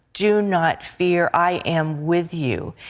do not fear. i am with you.